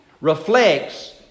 reflects